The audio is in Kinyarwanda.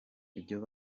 ibyo